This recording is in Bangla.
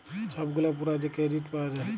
ছব গুলা পুরা যে কেরডিট পাউয়া যায়